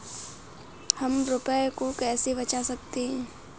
हम रुपये को कैसे बचा सकते हैं?